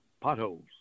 potholes